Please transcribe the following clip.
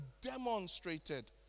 demonstrated